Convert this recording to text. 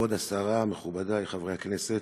כבוד השרה, מכובדי חברי הכנסת,